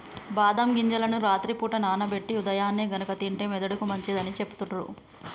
బాదం గింజలను రాత్రి పూట నానబెట్టి ఉదయాన్నే గనుక తింటే మెదడుకి మంచిదని సెపుతుండ్రు